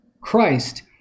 Christ